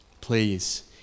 please